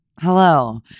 Hello